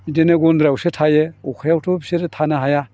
बिदिनो गन्द्रायावसो थायो अखायावथ' बिसोरो थानो हाया